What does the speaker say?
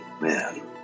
Man